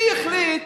מי החליט